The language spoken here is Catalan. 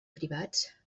privats